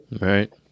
Right